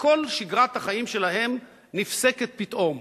וכל שגרת החיים שלהם נפסקת פתאום.